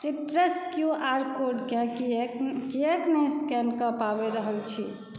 citrus Q R कोडकेँ किएक नहि स्कैन कऽ पाबि रहल छै